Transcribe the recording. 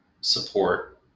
support